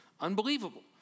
unbelievable